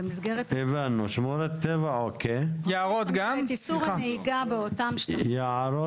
צריך קודם לקבוע איפה נסע, איפה לא נסע.